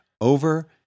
over